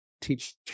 teach